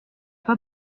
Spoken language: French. pas